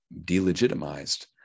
delegitimized